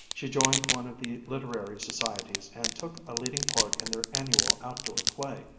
she joined one of the literary societies and took a leading part in their annual outdoor play.